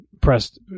pressed